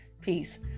Peace